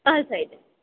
all side